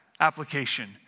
application